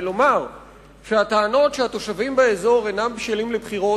ולומר שהטענות שהתושבים באזור אינם בשלים לבחירות,